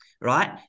Right